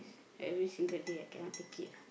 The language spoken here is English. every single day I cannot take it ah